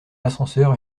l’ascenseur